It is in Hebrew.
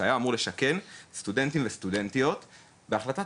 בניין שהיה אמור לשכן סטודנטים וסטודנטיות ובהחלטת